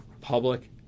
public